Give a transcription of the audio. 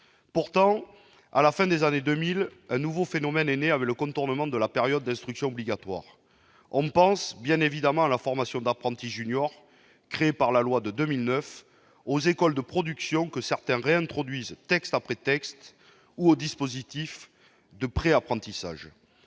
1970. À la fin des années 2000, un nouveau phénomène de contournement de la période d'instruction obligatoire est apparu. Nous pensons, bien évidemment, à la formation d'« apprentis juniors », instaurée par la loi de 2009, aux écoles de production, que certains réintroduisent texte après texte, ou aux dispositifs de préapprentissage.